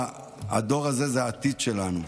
הדור הזה זה העתיד שלנו,